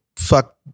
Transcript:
Fuck